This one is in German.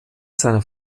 seiner